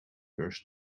burst